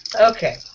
Okay